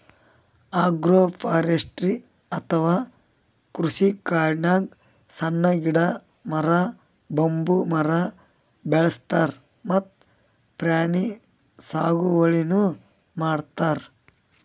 agroforestry ಅಥವಾ ಕೃಷಿಕಾಡ್ನಾಗ್ ಸಣ್ಣ್ ಗಿಡ, ಮರ, ಬಂಬೂ ಮರ ಬೆಳಸ್ತಾರ್ ಮತ್ತ್ ಪ್ರಾಣಿ ಸಾಗುವಳಿನೂ ಮಾಡ್ತಾರ್